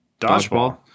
Dodgeball